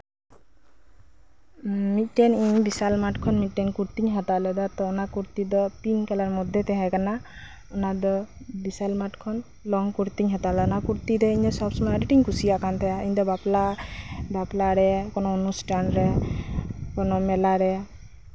ᱢᱤᱫᱴᱮᱱ ᱤᱧ ᱢᱤᱫᱴᱮᱱ ᱵᱤᱥᱟᱞ ᱢᱟᱨᱴ ᱠᱷᱚᱱ ᱤᱧ ᱢᱤᱫᱴᱟᱱ ᱠᱩᱨᱛᱤᱧ ᱦᱟᱛᱟᱣ ᱞᱮᱫᱟ ᱚᱱᱟ ᱠᱩᱨᱛᱤ ᱫᱚ ᱯᱤᱝᱠ ᱠᱟᱞᱟᱨ ᱢᱚᱫᱽᱫᱷᱮ ᱛᱟᱦᱮᱸ ᱠᱟᱱᱟ ᱚᱱᱟ ᱫᱤ ᱵᱤᱥᱟᱞ ᱢᱟᱨᱴᱠᱷᱚᱱ ᱞᱚᱝ ᱠᱩᱛᱤᱧ ᱦᱟᱛᱟᱣ ᱞᱮᱫᱟ ᱚᱱᱟ ᱠᱩᱨᱛᱤ ᱨᱮ ᱥᱚᱵᱥᱚᱢᱚᱭ ᱟᱰᱤ ᱟᱸᱴᱤᱧ ᱠᱩᱥᱤᱭᱟᱜ ᱠᱟᱱ ᱛᱟᱦᱮᱸᱜᱼᱟ ᱤᱧ ᱫᱚ ᱵᱟᱯᱞᱟ ᱵᱟᱯᱞᱟ ᱨᱮ ᱠᱟᱱᱟ ᱚᱱᱩᱥᱴᱷᱟᱱ ᱨᱮ ᱠᱳᱱᱳ ᱢᱮᱞᱟ ᱨᱮ